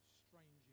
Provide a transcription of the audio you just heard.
strange